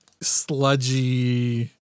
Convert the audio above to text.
sludgy